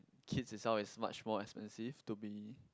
kid itself is much more expensive to be